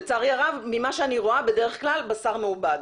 ולצערי הרב ממה שאני רואה בדרך כלל בשר מעובד.